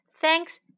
Thanks